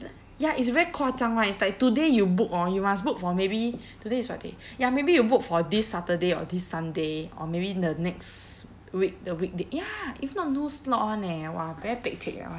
ya it's very 夸张 [one] it's like today you book hor you must book for maybe today is what day ya maybe you book for this saturday or this sunday or maybe the next week the weekday ya if not no slot [one] eh !wah! very pek cek that one